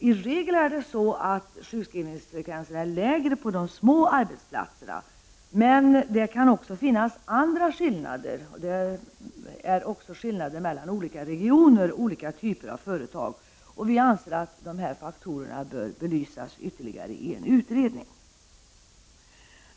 I regel är sjukfrånvaron lägre på små arbetsplatser, men det finns också skillnader mellan regioner och mellan olika typer av regioner. Vi anser att de faktorerna bör belysas ytterligare i en utredning.